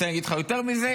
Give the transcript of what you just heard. רוצה שאגיד לך יותר מזה?